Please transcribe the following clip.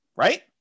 Right